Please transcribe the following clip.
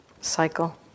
cycle